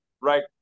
right